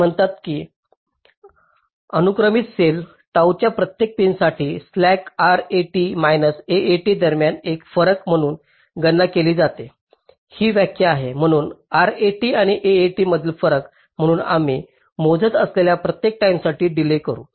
ते म्हणतात की अनुक्रमिक सेल टॉ च्या प्रत्येक पिनसाठी स्लॅक RAT मैनास AAT दरम्यान एक फरक म्हणून गणना केली जाते ही व्याख्या आहे म्हणून RAT आणि AAT मधील फरक म्हणून आम्ही मोजत असलेल्या प्रत्येक टाईमेसाठी डीलेय करू